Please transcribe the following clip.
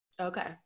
Okay